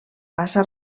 bassa